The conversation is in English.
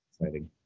exciting